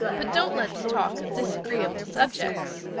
but don't let's talk of disagreeable subjects.